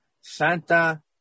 Santa